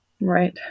Right